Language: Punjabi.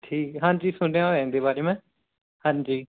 ਠੀਕ ਹਾਂਜੀ ਸੁਣਿਆ ਹੋਇਆ ਇਹਦੇ ਬਾਰੇ ਮੈਂ ਹਾਂਜੀ